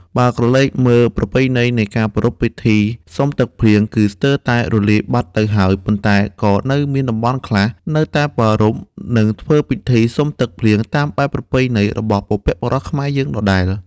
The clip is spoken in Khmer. បើក្រឡេកមើលប្រពៃណីនៃការប្រារព្ធពិធីសុំទឹកភ្លៀង គឺស្ទើរតែរលាយបាត់ទៅហើយ ប៉ុន្តែ ក៏នៅមានតំបន់ខ្លះនៅតែប្រារព្ធ និងធ្វើពិធីសុំទឹកភ្លៀងតាមបែបប្រពៃណីរបស់បុព្វបុរសខ្មែរយើងដដែល។